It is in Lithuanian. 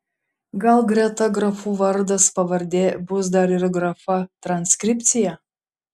gal greta grafų vardas pavardė bus dar ir grafa transkripcija